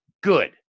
good